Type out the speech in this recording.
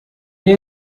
they